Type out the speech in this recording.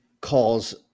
calls